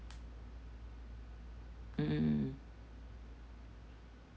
mm